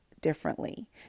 differently